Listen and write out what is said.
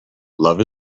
love